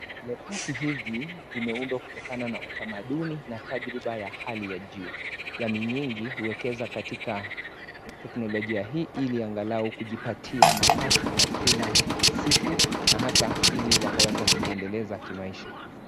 Libasi hizi zimeundwa kutokana na utamaduni na tajriba ya hali ya juu. Jamii nyingi huwekeza katika teknolojia hii, ili angalau kujipatia mapato ya kila siku na hasa ili wakaweza kujiendeleza kimaisha.